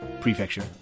prefecture